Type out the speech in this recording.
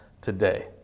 today